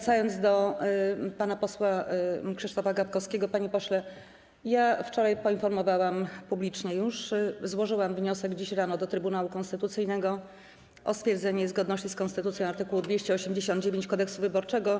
Co do wniosku pana posła Krzysztofa Gawkowskiego - panie pośle, ja już wczoraj poinformowałam o tym publicznie, złożyłam wniosek dziś rano do Trybunału Konstytucyjnego o stwierdzenie zgodności z konstytucją art. 289 Kodeksu wyborczego.